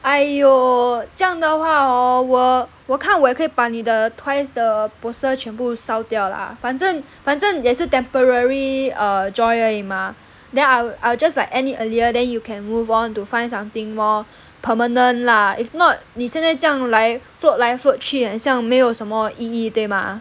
!aiyo! 这样的话 hor 我我看我也可以把你的 twice the poster 全部烧掉 lah 反正反正也是 temporary err joy 而已 mah then I'll I'll just like end it earlier then you can move on to find something more permanent lah if not 你现在这样 float 来 float 去很像没有什么意义对吗